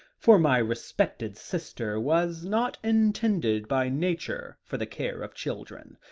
for my respected sister was not intended by nature for the care of children.